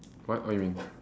what what you mean